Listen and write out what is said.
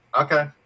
Okay